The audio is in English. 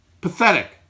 Pathetic